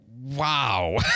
wow